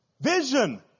Vision